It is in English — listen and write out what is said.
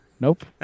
Nope